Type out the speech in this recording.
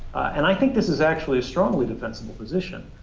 and i think this is actually a strongly defensible position,